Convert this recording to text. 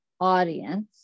audience